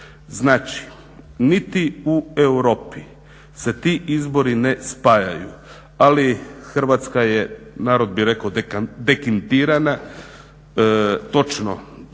Znači, niti u Europi se ti izbori ne spajaju. Ali Hrvatska je narod bi rekao dekintirana. Točno,